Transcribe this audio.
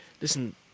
listen